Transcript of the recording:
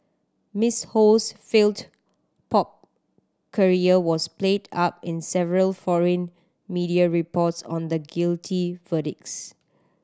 Miss Ho's failed pop career was played up in several foreign media reports on the guilty verdicts